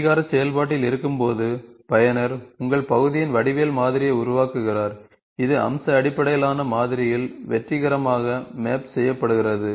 அங்கீகார செயல்பாட்டில் இருக்கும்போது பயனர் உங்கள் பகுதியின் வடிவியல் மாதிரியை உருவாக்குகிறார் இது அம்ச அடிப்படையிலான மாதிரியில் வெற்றிகரமாக மேப் செய்யப்படுகிறது